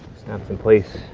snaps in place,